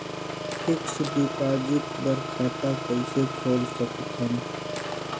Fixed deposit बर खाता कइसे खोल सकत हन?